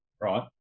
Right